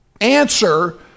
answer